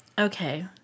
Okay